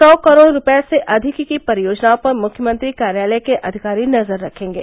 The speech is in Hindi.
सौ करोड़ रूपये से अधिक की परियोजनाओं पर मुख्यमंत्री कार्यालय के अधिकारी नजर रखेंगे